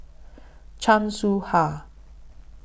Chan Soh Ha